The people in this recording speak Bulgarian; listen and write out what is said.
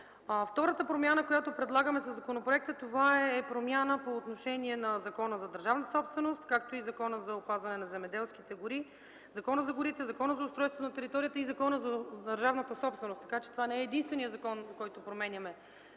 Втората промяна, която предлагаме със законопроекта, това е по отношение на Закона за държавната собственост, както и на Закона за опазване на земеделските земи, Закона за горите, Закона за устройство на територията и Закона за държавната собственост, така че това не е единственият закон, който променяме.